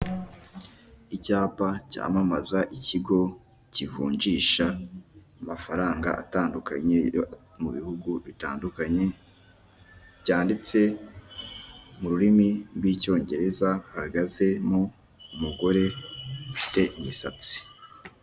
Icyapa cyamamaza ikigo k'ivunjisha amafaranga atandukanye yo mu bihugu bitandukanye cyanditse mu rurimi rw'icyongereza hagazemo umugore ufite imisatsi.